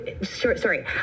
sorry